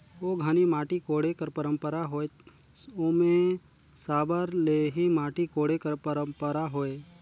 ओ घनी माटी कोड़े कर पंरपरा होए ओम्हे साबर ले ही माटी कोड़े कर परपरा होए